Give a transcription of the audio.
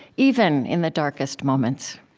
even in the darkest moments.